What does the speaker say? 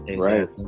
Right